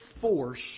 force